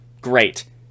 Great